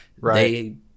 Right